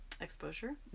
exposure